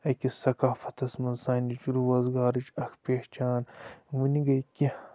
أکِس سَقافَتَس منٛز سانِچ روزگارٕچ اَکھ پہچان وٕنہِ گٔے کیٚنٛہہ